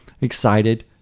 excited